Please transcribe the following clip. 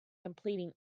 completing